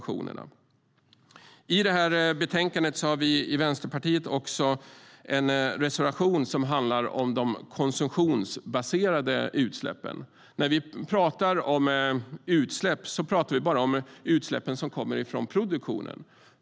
I betänkandet har vi i Vänsterpartiet också en reservation som handlar om de konsumtionsbaserade utsläppen. När vi talar om utsläpp talar vi bara om utsläppen som kommer från produktionen.